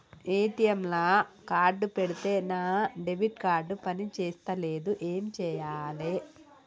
ATM లా card పెడితే నా డెబిట్ కార్డ్ పని చేస్తలేదు ఏం చేయాలే?